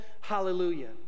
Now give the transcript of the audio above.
hallelujah